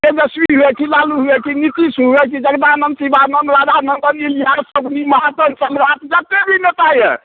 तेजस्वी हुए कि लालू हुए कि नीतीश हुए कि जगदानंद शिवानन्द राधानंद सम्राट जतेक भी नेता यऽ